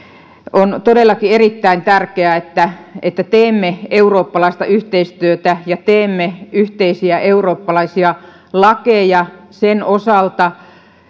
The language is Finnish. on todellakin erittäin tärkeää että että teemme eurooppalaista yhteistyötä ja teemme yhteisiä eurooppalaisia lakeja sen osalta